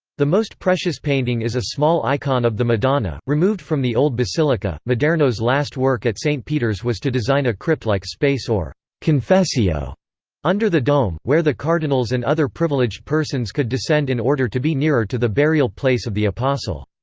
the most precious painting is a small icon of the madonna, removed from the old basilica maderno's last work at st. peter's was to design a crypt-like space or confessio under the dome, where the cardinals and other privileged persons could descend in order to be nearer to the burial place of the apostle.